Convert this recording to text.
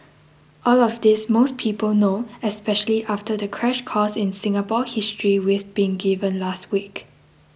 all of this most people know especially after the crash course in Singapore history we've been given last week